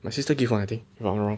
my sister give [one] I think if I not wrong